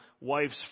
wife's